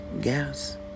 Gas